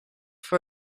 for